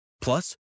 Plus